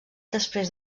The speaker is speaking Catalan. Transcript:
després